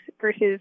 versus